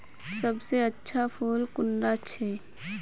सबसे अच्छा फुल कुंडा छै?